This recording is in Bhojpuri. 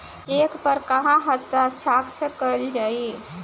चेक पर कहवा हस्ताक्षर कैल जाइ?